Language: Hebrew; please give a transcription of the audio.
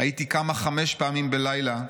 'הייתי קמה חמש פעמים בלילה,